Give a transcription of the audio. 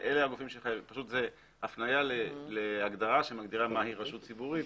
זו הפניה להגדרה שמגדירה מהי רשות ציבורית,